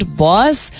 boss